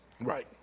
Right